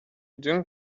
doing